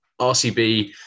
RCB